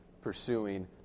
pursuing